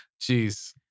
Jeez